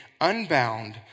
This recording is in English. unbound